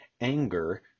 anger